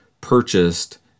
purchased